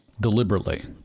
Deliberately